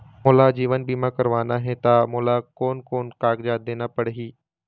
मोला जीवन बीमा करवाना हे ता मोला कोन कोन कागजात देना पड़ही?